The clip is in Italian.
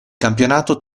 campionato